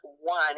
one